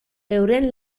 euren